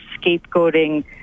scapegoating